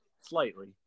slightly